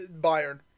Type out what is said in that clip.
Bayern